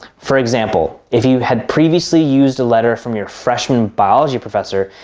for example, if you had previously used a letter from your freshman biology professor,